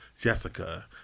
Jessica